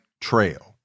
trail